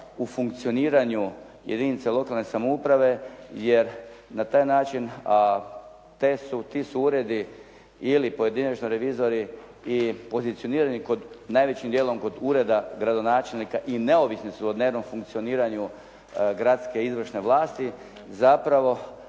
u funkcioniranju jedinice lokalne samouprave jer na taj način a ti su uredi ili pojedinačno revizori i pozicionirani najvećim djelom kod ureda gradonačelnika i neovisni su o dnevnom funkcioniranju gradske izvršne vlasti, zapravo